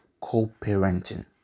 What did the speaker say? co-parenting